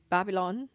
Babylon